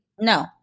No